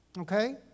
Okay